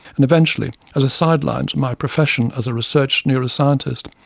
and eventually, as a side line to my profession as a research neuroscientist,